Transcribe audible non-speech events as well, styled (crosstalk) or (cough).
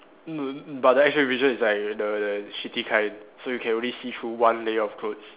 (noise) but then X-ray vision is like the the shitty kind so you can only see through one layer of clothes